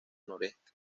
noreste